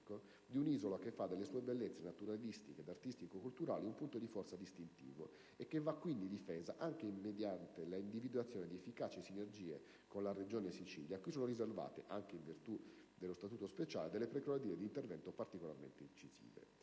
di un'isola che fa delle sue bellezze naturalistiche ed artistico-culturali un punto di forza distintivo e che va quindi difesa anche mediante l'individuazione di efficaci sinergie con la Regione siciliana, cui sono riservate, anche in virtù dello Statuto speciale, incisive prerogative di intervento. Il Governo già si